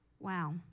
Wow